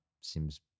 seems